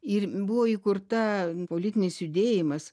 ir buvo įkurta politinis judėjimas